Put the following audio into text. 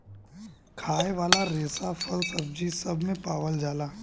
खाए वाला रेसा फल, सब्जी सब मे पावल जाला